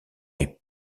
est